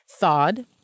thawed